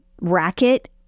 racket